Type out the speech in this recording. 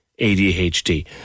ADHD